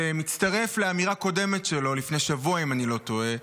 זה מצטרף לאמירה קודמת שלו לפני שבוע ,אם אני לא טועה,